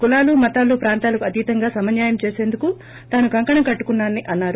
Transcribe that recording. కులాలు మతాలు ప్రాంతాలకు అతీతంగా సమన్యాయం చేసేందుకు తాను కంకణం కట్టుకున్నానని అన్నారు